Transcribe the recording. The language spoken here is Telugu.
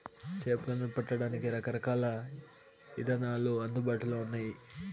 చేపలను పట్టడానికి రకరకాల ఇదానాలు అందుబాటులో ఉన్నయి